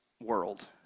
world